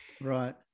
Right